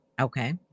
Okay